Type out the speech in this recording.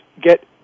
get